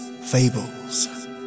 fables